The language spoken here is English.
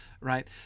right